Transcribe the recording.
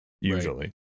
usually